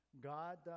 God